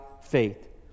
faith